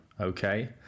Okay